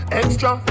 extra